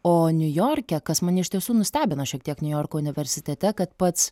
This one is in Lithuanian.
o niujorke kas mane iš tiesų nustebino šiek tiek niujorko universitete kad pats